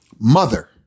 Mother